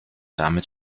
damit